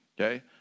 Okay